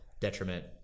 detriment